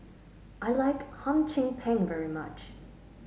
I like Hum Chim Peng very much